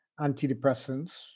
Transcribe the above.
antidepressants